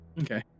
Okay